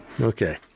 Okay